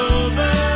over